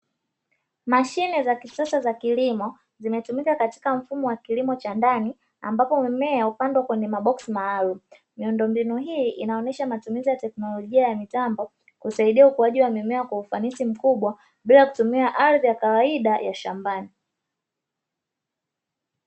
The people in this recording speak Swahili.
Mashine za kisasa za kilimo zimetumika katika mfumo wa kilimo cha ndani ambapo mimea hupandwa kwenye maboksi maalumu, miundombinu hii inaonyesha matumizi ya teknolojia ya mitambo kusaidia ukuaji wa mimea kwa ufanisi mkubwa bila kutumia ardhi ya kawaida ya shambani.